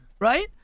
Right